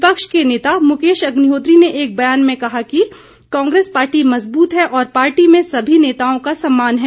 विपक्ष के नेता मुकेश अग्निहोत्री ने एक बयान में कहा है कि कांग्रेस पार्टी मजबूत है और पार्टी में सभी नेताओं का सम्मान है